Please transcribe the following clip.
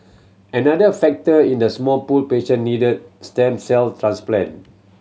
another factor in the small pool patient need stem cell transplant